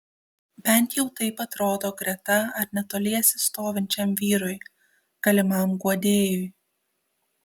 bent jau taip atrodo greta ar netoliese stovinčiam vyrui galimam guodėjui